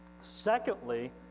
Secondly